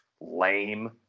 lame